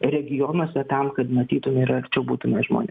regionuose tam kad matytume ir arčiau būtume žmonių